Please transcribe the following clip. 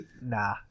Nah